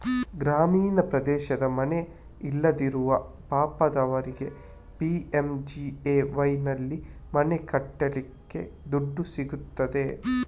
ಗ್ರಾಮೀಣ ಪ್ರದೇಶದ ಮನೆ ಇಲ್ಲದಿರುವ ಪಾಪದವರಿಗೆ ಪಿ.ಎಂ.ಜಿ.ಎ.ವೈನಲ್ಲಿ ಮನೆ ಕಟ್ಲಿಕ್ಕೆ ದುಡ್ಡು ಸಿಗ್ತದೆ